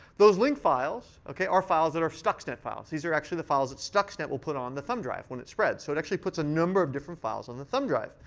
those link files are files that are stuxnet files. these are actually the files that stuxnet will put on the thumb drive when it spreads. so it actually puts a number of different files on the thumb drive.